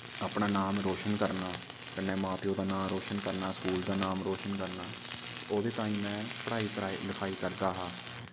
अपना नाम रोशन करना कन्नै मां प्यो दा नाम रोशन करना स्कूल दा नाम रोशन करना ओह्दे ताईं में पढ़ाई लखाई करदा हा